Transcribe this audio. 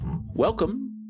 Welcome